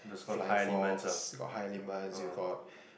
flying fox got high elements you got